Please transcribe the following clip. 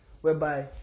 whereby